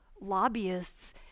lobbyists